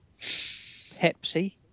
pepsi